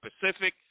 Pacific